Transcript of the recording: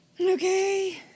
Okay